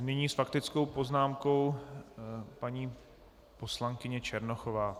Nyní s faktickou poznámkou paní poslankyně Černochová.